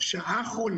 אלא על השעה האחרונה.